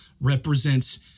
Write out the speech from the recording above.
represents